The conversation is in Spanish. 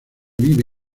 vive